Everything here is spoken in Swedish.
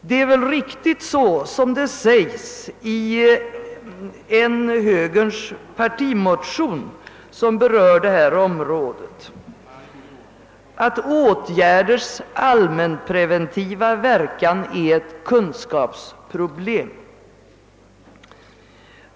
Det är väl riktigt som säges i en av högerns partimotioner, som berör detta område, att åtgärders allmänpreventiva verkan är ett kunskapsproblem.